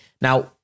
Now